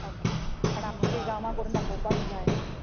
okay आनी आमचें गांवान व्हरून दाखोवपाक जाय